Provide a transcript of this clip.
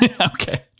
Okay